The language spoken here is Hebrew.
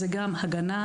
אלא זה גם הגנה,